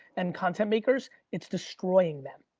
and content makers, it's destroying them.